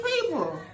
people